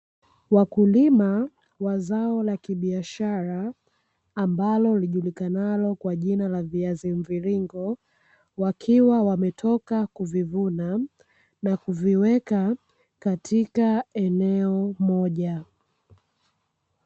Wakulima wa zao la biashara ambalo lijulikanalo kwa jina la viazi mviringo, wakiwa wametoka kuvivuna na kuviweka katika eneo moja.